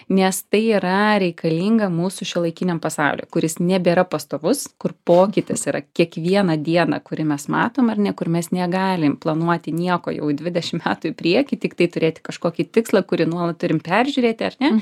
nes tai yra reikalinga mūsų šiuolaikiniam pasauliui kuris nebėra pastovus kur pokytis yra kiekvieną dieną kurį mes matom ar ne kur mes negalim planuoti nieko jau dvidešim metų į priekį tiktai turėti kažkokį tikslą kurį nuolat turim peržiūrėti ar ne